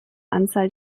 anzahl